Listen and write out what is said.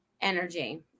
energy